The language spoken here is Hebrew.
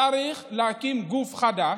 צריך להקים גוף חדש,